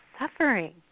suffering